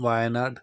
Wayanad